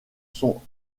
sont